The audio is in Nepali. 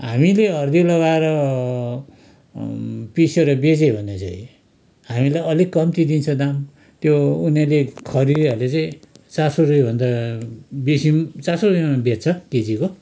हामीले हर्दी लगाएर पिसेर बेच्यो भने चाहिँ हामीलाई अलिक कम्ती दिन्छ दाम त्यो उनीहरूले खरिदेहरूले चाहिँ चार सौ रुपियाँ भन्दा बेसी पनि चार सौ रुपियाँमा बेच्छ केजीको